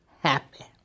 happy